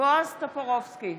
בועז טופורובסקי,